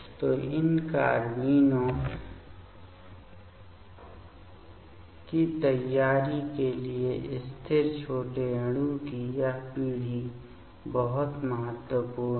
तो इन कार्बाइनों की तैयारी के लिए स्थिर छोटे अणु की यह पीढ़ी बहुत महत्वपूर्ण है